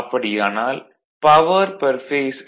அப்படியானால் power per phase என்பது PG3